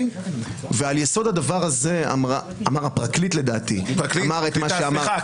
ועל יסוד הדבר הזה אמר הפרקליט לדעתי את מה שהוא אמר.